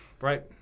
Right